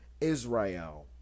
Israel